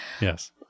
Yes